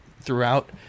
throughout